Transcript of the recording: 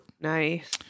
Nice